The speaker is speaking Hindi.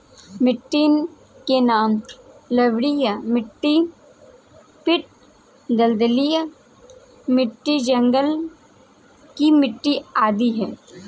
मिट्टी के नाम लवणीय मिट्टी, पीट दलदली मिट्टी, जंगल की मिट्टी आदि है